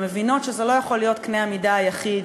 ומבינות שזה לא יכול להיות קנה המידה היחיד,